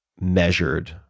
measured